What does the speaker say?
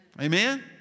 Amen